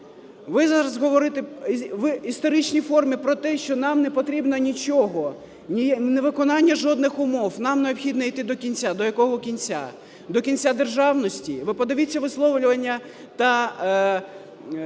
Ви зараз говорите в історичній формі про те, що нам не потрібно нічого, ні виконання жодних умов, нам необхідно іти до кінця. До якого кінця? До кінця державності? Ви подивіться висловлювання та